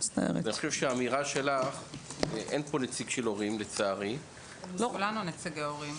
לצערי אין כאן נציג של הורים --- כולנו פה נציגי הורים.